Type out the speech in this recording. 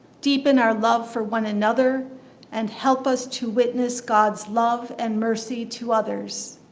deepen our love for one another and help us to witness god's love and mercy to others.